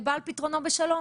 הפרוטקציות אבדו.